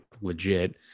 legit